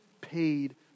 paid